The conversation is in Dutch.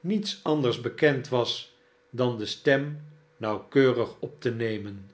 niets anders bekend was dan de stem nauwkeurig op te nemen